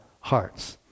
hearts